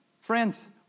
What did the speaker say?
friends